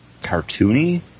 cartoony